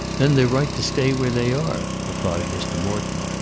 then they're right to stay where they are, replied mr. morton,